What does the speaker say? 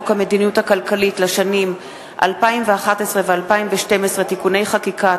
המדיניות הכלכלית לשנים 2011 ו-2012 (תיקוני חקיקה),